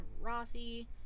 Rossi